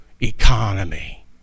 economy